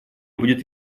будет